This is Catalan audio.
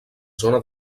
zona